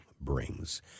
brings